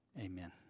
Amen